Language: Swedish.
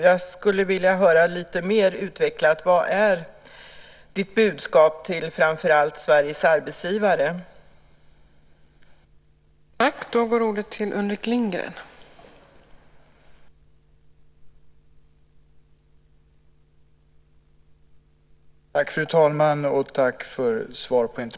Jag skulle vilja höra lite mer utvecklat vad ditt budskap till framför allt Sveriges arbetsgivare är.